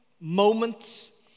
moments